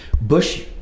Bush